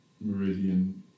meridian